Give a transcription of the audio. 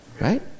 Right